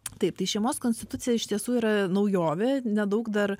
taip tai šeimos konstitucija iš tiesų yra naujovė ne daug dar